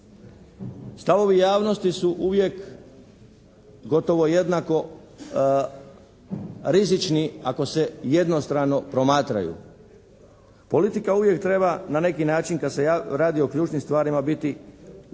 Stavovi javnosti su uvijek gotovo jednako rizični ako se jednostrano promatraju. Politika uvijek treba na neki način kad se radi o ključnim stvarima biti malo